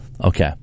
okay